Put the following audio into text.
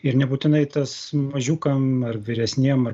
ir nebūtinai tas mažiukam ar vyresniem